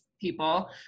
people